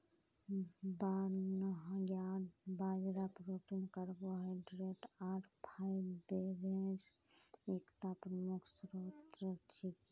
barnyard बाजरा protein carbohydrate आर fibre एकता प्रमुख स्रोत छिके